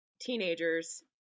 teenagers